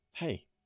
Hey